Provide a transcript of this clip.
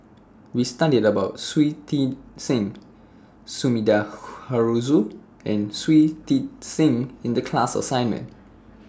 We studied about Shui Tit Sing Sumida Haruzo and Shui Tit Sing in The class assignment